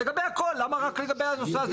לגבי הכל, למה רק לגבי הנושא הזה.